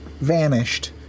vanished